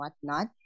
whatnot